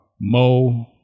mo